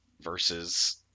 versus